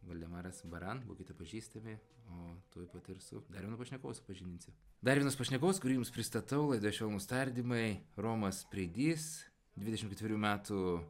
valdemaras baran būkite pažįstami o tuoj pat ir su dar vienu pašnekovu supažindinsiu dar vienas pašnekovas kurį jums pristatau laidoje švelnūs tardymai romas preidys dvidešimt ketverių metų